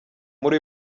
muri